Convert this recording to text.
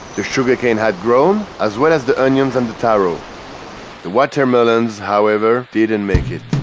the sugarcane had grown as well as the onions and the taro the watermelons however didn't make it.